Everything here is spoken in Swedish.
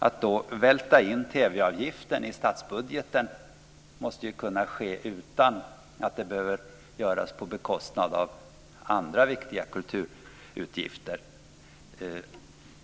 Att välta in TV-avgiften i statsbudgeten måste kunna ske utan att det behöver göras på bekostnad av andra viktiga kulturutgifter.